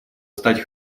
стать